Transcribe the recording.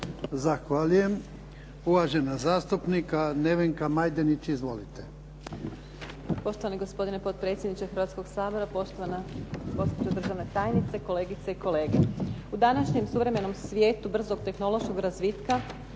Zahvaljujem. Uvažena zastupnica Nevenka Majdenić. Izvolite.